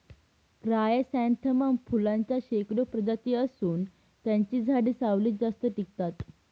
chrysanthemum फुलांच्या शेकडो प्रजाती असून त्यांची झाडे सावलीत जास्त टिकतात